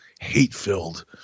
hate-filled